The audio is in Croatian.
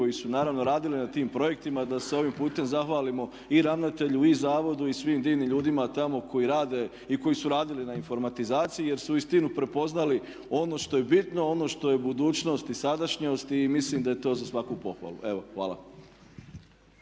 koji su naravno radili na tim projektima da se ovim putem zahvalimo i ravnatelju i zavodu i svim divnim ljudima tamo koji rade i koji su radili na informatizaciji jer su uistinu prepoznali ono što je bitno, ono što je budućnost i sadašnjost i mislim da je to za svaku pohvalu. Evo hvala.